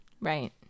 Right